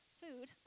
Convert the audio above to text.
food